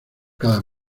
cada